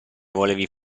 volevi